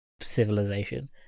civilization